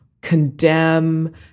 condemn